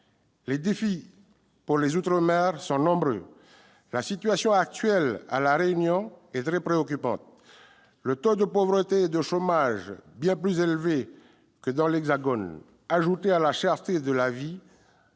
les défis pour les outre-mer sont nombreux. La situation actuelle à La Réunion est très préoccupante. Les taux de pauvreté et de chômage, bien plus élevés que dans l'Hexagone, ajoutés à la cherté de la vie,